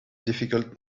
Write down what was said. difficult